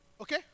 okay